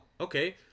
okay